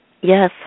Yes